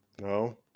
No